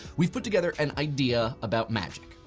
we've put together an idea about magic.